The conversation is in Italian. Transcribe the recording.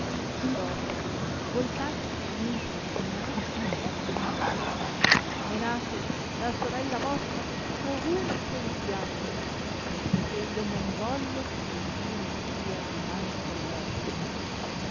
dopo voltatosi dimitrio a cognati disse menate la sorella vostra ovunque vi piace perciò che io non voglio che più mi stia dinanzi agli occhi